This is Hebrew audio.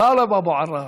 טלב אבו עראר.